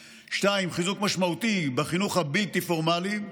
2. חיזוק משמעותי בחינוך הבלתי-פורמלי,